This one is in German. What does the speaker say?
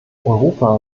europa